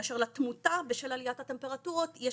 כאשר לתמותה בשל עליית הטמפרטורות יש